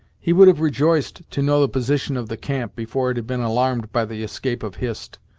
he would have rejoiced to know the position of the camp before it had been alarmed by the escape of hist,